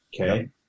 Okay